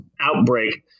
outbreak